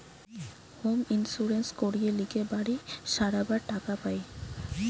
home insurance করিয়ে লিলে বাড়ি সারাবার টাকা পায়